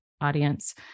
audience